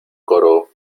coro